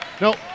Nope